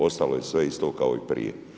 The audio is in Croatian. Ostalo je sve isto kao i prije.